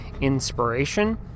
inspiration